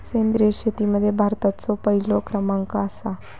सेंद्रिय शेतीमध्ये भारताचो पहिलो क्रमांक आसा